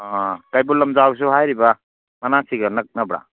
ꯑꯥ ꯀꯩꯕꯨꯜ ꯂꯝꯖꯥꯎꯁꯨ ꯍꯥꯏꯔꯤꯕ ꯃꯅꯥꯛꯁꯤꯒ ꯅꯛꯅꯕ꯭ꯔꯥ